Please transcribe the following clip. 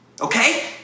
okay